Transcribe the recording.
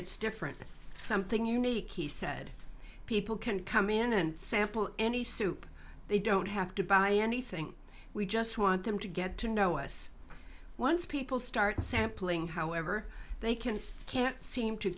it's different something unique he said people can come in and sample any soup they don't have to buy anything we just want them to get to know us once people start sampling however they can can't seem to